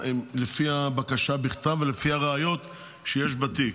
לפי הבקשה בכתב ולפי הראיות שיש בתיק.